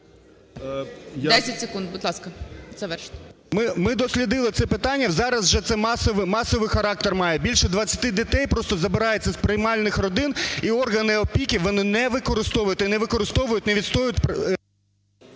ОПАНАСЕНКО О.В. Ми дослідили це питання, зараз це вже масовий характер має. Більше 20 дітей просто забираються з приймальних родин, і органи опіки - вони не використовують, не відстоюють…